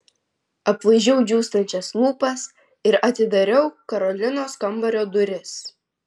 aplaižiau džiūstančias lūpas ir atidariau karolinos kambario duris